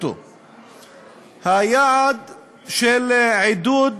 היעד של עידוד